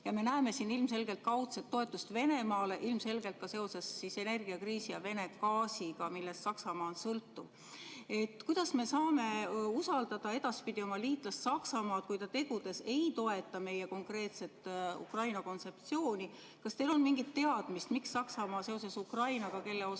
me näeme siin ilmselgelt kaudset toetust Venemaale, ilmselgelt ka seoses energiakriisi ja Vene gaasiga, millest Saksamaa on sõltuv. Kuidas me saame edaspidi usaldada oma liitlast Saksamaad, kui ta tegudes ei toeta meie konkreetset Ukraina-kontseptsiooni? Kas teil on mingit teadmist, miks Saksamaa seoses Ukrainaga, kelle kohta